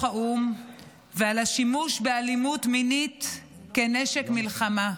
האו"ם ועל השימוש באלימות מינית כנשק מלחמה.